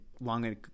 long